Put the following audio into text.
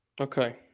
okay